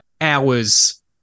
hours